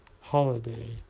holiday